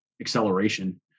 acceleration